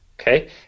Okay